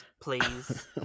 please